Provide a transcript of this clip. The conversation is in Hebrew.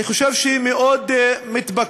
אני חושב שהיא מאוד מתבקשת,